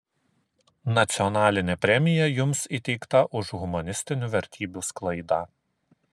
nacionalinė premija jums įteikta už humanistinių vertybių sklaidą